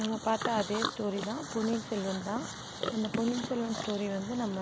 நம்ம பார்த்த அதே ஸ்டோரி தான் பொன்னியின் செல்வன் தான் அந்த பொன்னியின் செல்வன் ஸ்டோரி வந்து நம்ம